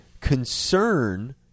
concern